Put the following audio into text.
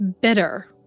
Bitter